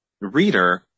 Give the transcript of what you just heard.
reader